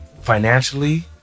financially